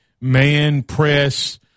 man-press